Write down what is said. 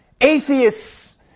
atheists